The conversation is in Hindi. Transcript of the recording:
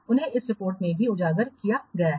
उन्हें इस रिपोर्ट में भी उजागर किया गया है